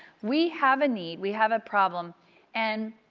we have a need, we have a problem and